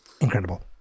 Incredible